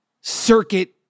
circuit